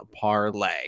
parlay